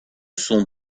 sont